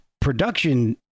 production